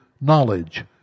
knowledge